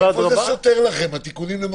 איפה זה סותר לכם, התיקונים במקום אחר?